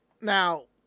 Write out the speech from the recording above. Now